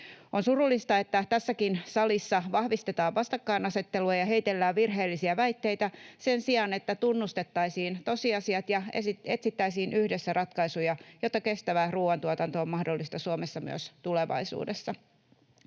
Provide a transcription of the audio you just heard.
On surullista, että tässäkin salissa vahvistetaan vastakkainasettelua ja heitellään virheellisiä väitteitä sen sijaan, että tunnustettaisiin tosiasiat ja etsittäisiin yhdessä ratkaisuja, jotta kestävä ruuantuotanto on mahdollista Suomessa myös tulevaisuudessa.